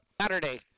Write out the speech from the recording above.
Saturday